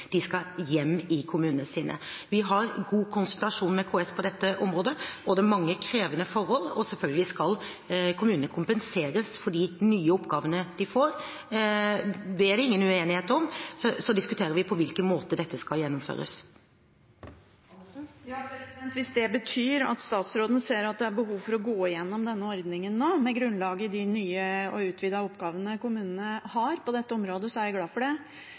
de skal hjem i kommunene sine. Vi har god konsultasjon med KS på dette området. Det er mange krevende forhold, og selvfølgelig skal kommunene kompenseres for de nye oppgavene de får. Det er det ingen uenighet om. Så diskuterer vi på hvilken måte dette skal gjennomføres. Hvis det betyr at statsråden ser at det er behov for å gå igjennom denne ordningen nå med grunnlag i de nye og utvidede oppgavene kommunene har på dette området, er jeg glad for det.